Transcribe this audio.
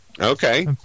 Okay